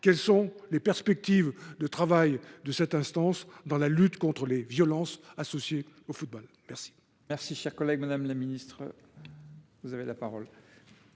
Quelles sont les perspectives de travail de cette instance dans la lutte contre les violences associées au football ? La